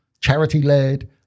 charity-led